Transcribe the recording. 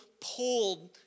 pulled